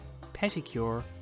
pedicure